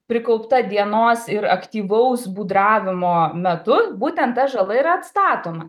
prikaupta dienos ir aktyvaus būdravimo metu būtent ta žala yra atstatoma